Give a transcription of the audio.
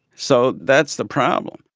so that's the problem.